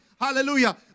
hallelujah